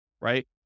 right